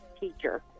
teacher